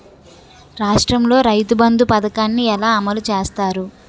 రాష్ట్రంలో రైతుబంధు పథకాన్ని ఎలా అమలు చేస్తారు?